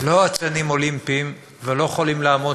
לא אצנים אולימפיים ולא יכולים לעמוד